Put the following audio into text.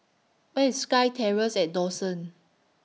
Where IS SkyTerrace At Dawson